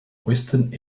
western